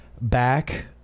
back